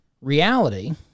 reality